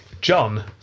John